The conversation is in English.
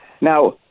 now